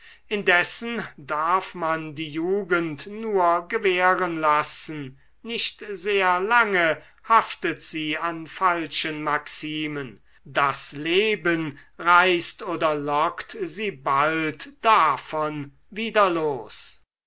indessen darf man die jugend nur gewähren lassen nicht sehr lange haftet sie an falschen maximen das leben reißt oder lockt sie bald davon wieder los